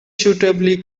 suitably